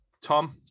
Tom